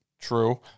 True